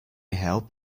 help